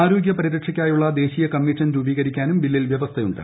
ആരോഗൃ പരിരക്ഷയ്ക്കായുള്ള ദേശീയ കമ്മീഷൻ രൂപീകരിക്കാനും ബില്ലിൽ വ്യവസ്ഥ ഉണ്ട്